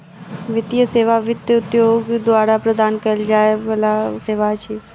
वित्तीय सेवा वित्त उद्योग द्वारा प्रदान कयल जाय बला सेवा अछि